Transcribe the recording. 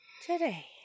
today